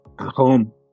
Home